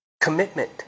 Commitment